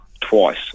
twice